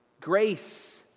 grace